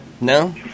No